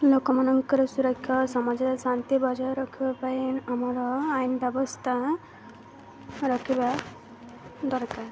ଲୋକମାନଙ୍କର ସୁରକ୍ଷା ସମାଜରେ ଶାନ୍ତି ବଜାୟ ରଖିବା ପାଇଁ ଆମର ଆଇନ ବ୍ୟବସ୍ଥା ରଖିବା ଦରକାର